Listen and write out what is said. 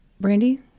Brandy